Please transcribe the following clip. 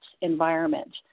environment